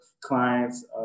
clients